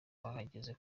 bahageze